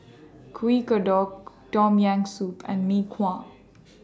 Kuih Kodok Tom Yam Soup and Mee Kuah